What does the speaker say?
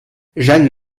jeanne